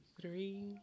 three